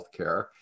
healthcare